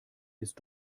ist